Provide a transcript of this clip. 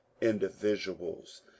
individuals